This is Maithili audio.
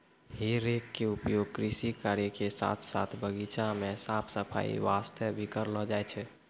हे रेक के उपयोग कृषि कार्य के साथॅ साथॅ बगीचा के साफ सफाई वास्तॅ भी करलो जाय छै